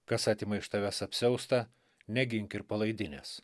kas atima iš tavęs apsiaustą negink ir palaidinės